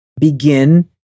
begin